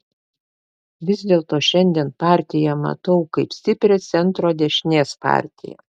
vis dėlto šiandien partiją matau kaip stiprią centro dešinės partiją